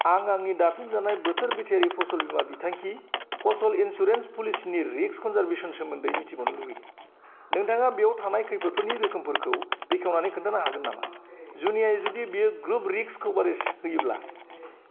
आं आंनि दाफिनजानाय बोथोर बिथायारि फसल बीमा बिथांखि फसल इन्सुरेन्स प'लिसिनि रिक्स कभारेजनि सोमोन्दै मिथिंआवनो लुगैदों नोंथाङा बेयाव थानाय खैफोदफोरनि रोखोमफोरखौ बेखेवनानै खोन्थानो हागोन नामा जुनियाय जुदि बेयो ग्रुप रिक्स कभारेस होयोब्ला